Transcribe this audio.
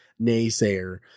naysayer